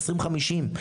2050,